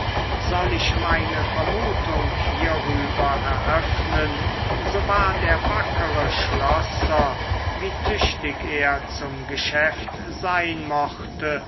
soll ich meine vermutung hierüber eröffnen so war der wackere schlosser wie tüchtig er zum geschäft sein mochte